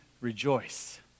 rejoice